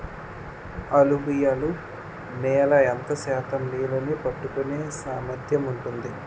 అలువియలు నేల ఎంత శాతం నీళ్ళని పట్టుకొనే సామర్థ్యం ఉంటుంది?